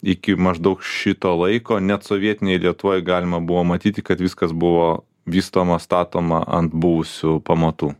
iki maždaug šito laiko net sovietinėj lietuvoje galima buvo matyti kad viskas buvo vystoma statoma ant buvusių pamatų